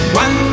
one